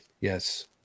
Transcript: Yes